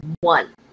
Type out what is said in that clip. one